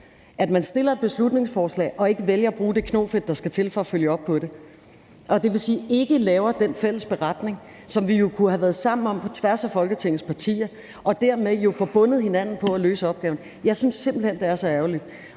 at man fremsætter et beslutningsforslag og ikke vælger at bruge det knofedt, der skal til for at følge op på det, og det vil sige, at man ikke laver den fælles beretning, som vi jo kunne have været fælles om på tværs af Folketingets partier og dermed få bundet hinanden op på at løse opgaven. Jeg synes simpelt hen, det er så ærgerligt,